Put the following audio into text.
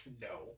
No